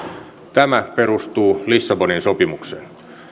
tämä perustuu lissabonin sopimukseen